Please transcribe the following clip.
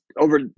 over